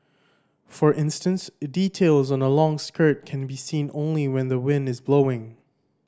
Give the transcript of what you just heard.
for instance details on a long skirt can be seen only when the wind is blowing